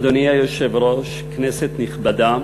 אדוני היושב-ראש, כנסת נכבדה,